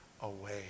away